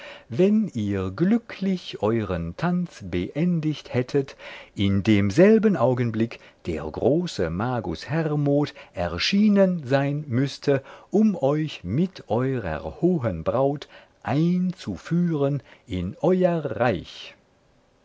wenn ihr glücklich euren tanz beendigt hättet in demselben augenblick der große magus hermod erschienen sein müßte um euch mit eurer hohen braut einzuführen in euer reich